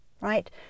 right